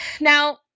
now